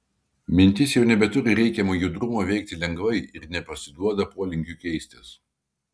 mintis jau nebeturi reikiamo judrumo veikti lengvai ir nepasiduoda polinkiui keistis